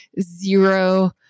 zero